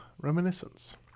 reminiscence